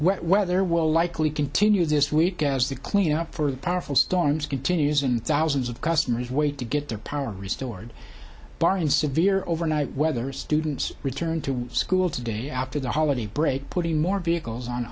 wet weather will likely continue this week as the cleanup for the powerful storms continues and thousands of customers wait to get their power restored daryn severe overnight weather students return to school today after the holiday break putting more vehicles on